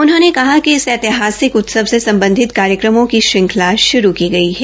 उन्होंने कहा कि इस ऐतिहासिक उत्सव से सम्बधित कार्यक्रमों की श्रृंखला श्रू की गई है